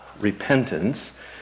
repentance